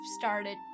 started